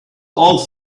all